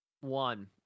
One